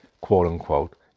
quote-unquote